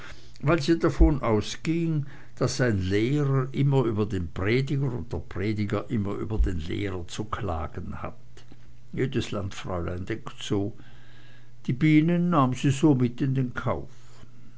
weil sie davon ausging daß ein lehrer immer über den prediger und der prediger immer über den lehrer zu klagen hat jedes landfräulein denkt so die bienen nahm sie so mit in den kauf